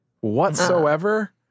whatsoever